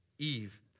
Eve